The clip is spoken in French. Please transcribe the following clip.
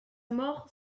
mort